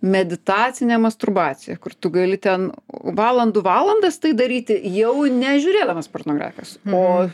meditacinė masturbacija kur tu gali ten valandų valandas tai daryti jau nežiūrėdamas pornografijos o